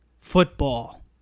football